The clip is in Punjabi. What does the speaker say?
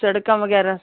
ਸੜਕਾਂ ਵਗੈਰਾ